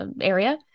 area